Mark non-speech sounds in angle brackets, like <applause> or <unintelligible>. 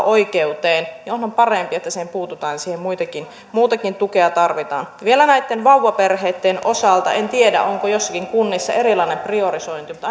<unintelligible> oikeuteen onhan parempi että siihen puututaan ja siihen muutakin tukea tarvitaan vielä näitten vauvaperheitten osalta en tiedä onko joissakin kunnissa erilainen priorisointi mutta <unintelligible>